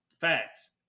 Facts